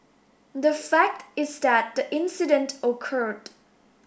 the fact is that the incident occurred